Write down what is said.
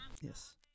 Yes